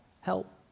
help